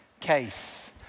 case